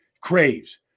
craves